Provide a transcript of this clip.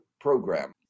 program